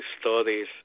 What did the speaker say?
studies